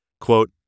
Quote